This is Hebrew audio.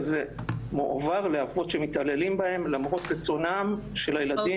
מועבר לאבות שמתעללים שבהם למרות רצונם של הילדים.